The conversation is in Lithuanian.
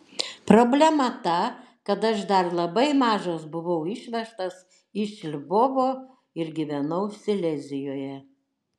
problema ta kad aš dar labai mažas buvau išvežtas iš lvovo ir gyvenau silezijoje